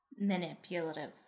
manipulative